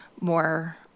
more